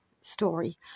story